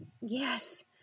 Yes